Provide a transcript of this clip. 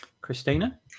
Christina